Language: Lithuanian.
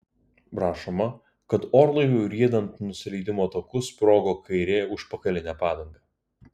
rašoma kad orlaiviui riedant nusileidimo taku sprogo kairė užpakalinė padanga